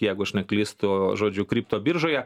jeigu aš neklystu žodžiu kripto biržoje